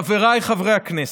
חבריי חברי הכנסת,